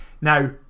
Now